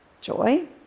Joy